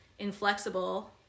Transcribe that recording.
inflexible